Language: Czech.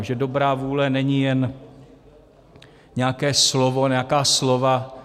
Že dobrá vůle není jen nějaké slovo, nějaká slova.